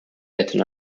latin